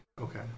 Okay